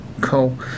Cool